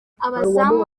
abazamu